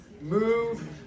move